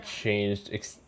changed